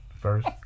First